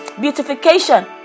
beautification